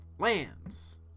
lands